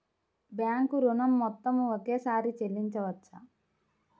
Bank ఋణం మొత్తము ఒకేసారి చెల్లించవచ్చా?